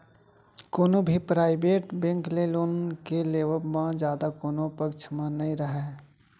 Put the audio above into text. कोनो भी private bank ले लोन के लेवब म जादा कोनो पक्छ म नइ राहय